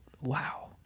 wow